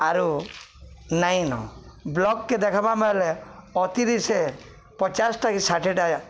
ଆରୁ ନାଇନ ବ୍ଲକକେ ଦେଖବାମ ହେଲେ ଅତିରିଶ ପଚାଶଟା କି ଷାଠିଏଟା